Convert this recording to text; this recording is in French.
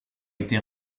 été